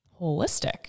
holistic